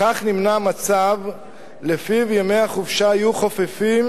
בכך נמנע מצב שלפיו ימי החופשה יהיו חופפים